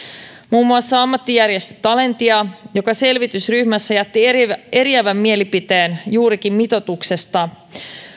muun muassa ammattijärjestö talentia joka selvitysryhmässä jätti eriävän eriävän mielipiteen juurikin mitoituksesta